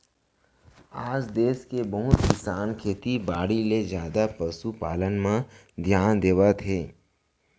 आज देस के बहुत किसान खेती बाड़ी ले जादा पसु पालन म धियान देवत हें